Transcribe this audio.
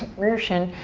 mertion,